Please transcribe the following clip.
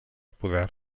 poder